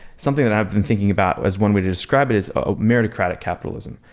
something that i have been thinking about was when we described it as a meritocratic capitalism,